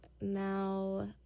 Now